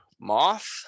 moth